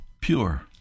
pure